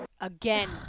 Again